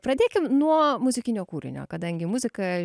pradėkim nuo muzikinio kūrinio kadangi muzika